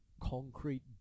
concrete